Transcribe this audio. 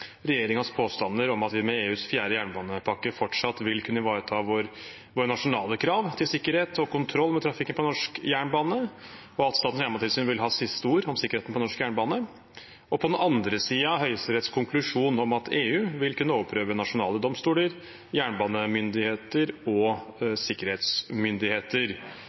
påstander om at vi med EUs fjerde jernbanepakke fortsatt vil kunne ivareta våre nasjonale krav til sikkerhet og kontroll med trafikken på norsk jernbane, og at Statens jernbanetilsyn vil ha siste ord om sikkerheten på norsk jernbane, og på den andre siden Høyesteretts konklusjon om at EU vil kunne overprøve nasjonale domstoler, jernbanemyndigheter og sikkerhetsmyndigheter.